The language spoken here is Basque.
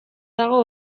dago